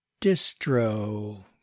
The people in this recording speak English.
distro